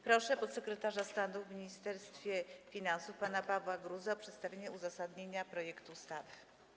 Proszę podsekretarza stanu w Ministerstwie Finansów pana Pawła Gruzę o przedstawienie uzasadnienia projektu ustawy.